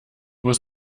muss